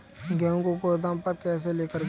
गेहूँ को गोदाम पर कैसे लेकर जाएँ?